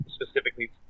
specifically